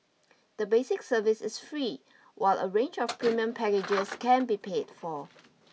the basic service is free while a range of premium packages can be paid for